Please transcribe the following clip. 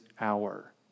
hour